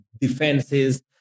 defenses